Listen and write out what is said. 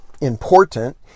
important